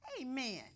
Amen